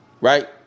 Right